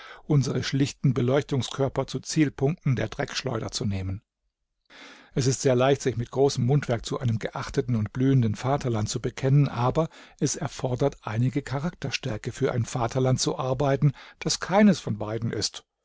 unsere schlichten beleuchtungskörper zu zielpunkten der dreckschleuder zu nehmen es ist sehr leicht sich mit großem mundwerk zu einem geachteten und blühenden vaterland zu bekennen aber es erfordert einige charakterstärke für ein vaterland zu arbeiten das keines von beiden ist